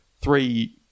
three